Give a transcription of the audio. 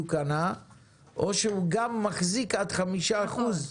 הוא קנה או שהוא גם מחזיק עד חמישה אחוזים